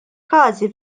każi